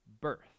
birth